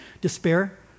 Despair